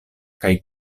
kaj